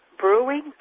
Brewing